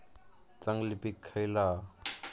चांगली पीक खयला हा?